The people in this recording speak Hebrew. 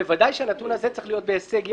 בוודאי שהנתון הזה צריך להיות בהישג יד,